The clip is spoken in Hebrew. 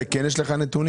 שעל זה כן יש לך נתונים?